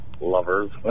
lovers